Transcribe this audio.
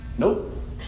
Nope